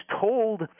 told